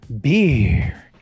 Beer